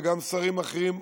וגם עם שרים אחרים,